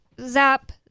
zap